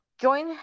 join